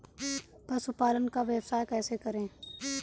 पशुपालन का व्यवसाय कैसे करें?